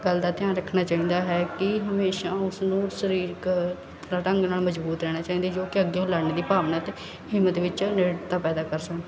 ਗੱਲ ਦਾ ਧਿਆਨ ਰੱਖਣਾ ਚਾਹੀਦਾ ਹੈ ਕਿ ਹਮੇਸ਼ਾ ਉਸਨੂੰ ਸਰੀਰਕ ਢੰਗ ਨਾਲ ਮਜਬੂਤ ਰਹਿਣਾ ਚਾਹੀਦੇ ਜੋ ਕਿ ਅੱਗਿਓਂ ਲੜਨ ਦੀ ਭਾਵਨਾ ਅਤੇ ਹਿੰਮਤ ਵਿੱਚ ਨੇੜਤਾ ਪੈਦਾ ਕਰ ਸਕਣ